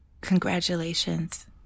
Congratulations